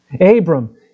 Abram